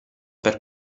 per